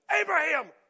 Abraham